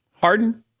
Harden